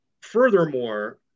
Furthermore